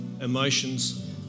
emotions